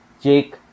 Jake